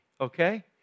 okay